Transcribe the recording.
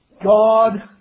God